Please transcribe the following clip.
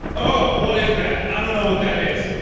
oh, what is that? i don't know what that is.